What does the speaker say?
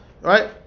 Right